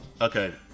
Okay